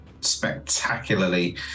spectacularly